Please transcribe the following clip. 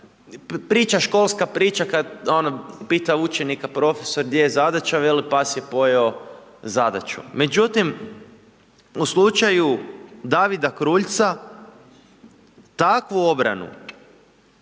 priča, školska priča, kad ono pita učenika profesor gdje je zadaća, veli pas je pojeo zadaću. Međutim, u slučaju Davida Kruljca takvu obranu